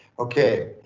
okay,